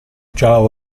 ciao